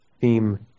theme